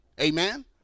amen